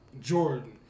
Jordan